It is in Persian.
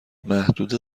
محدود